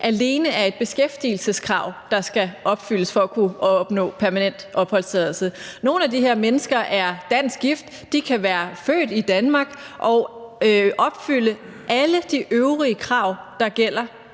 alene er et beskæftigelseskrav, der skal opfyldes for at kunne opnå permanent opholdstilladelse. Nogle af de her mennesker er dansk gift, de kan være født i Danmark og opfylde alle de øvrige krav, der gælder,